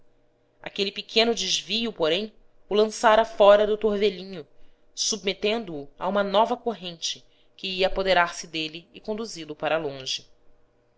aquele pequeno desvio porém o lançara fora do torvelinho submetendo o a uma nova corrente que ia apoderar-se dele e conduzi lo para longe